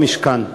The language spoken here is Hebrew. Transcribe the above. במשכן.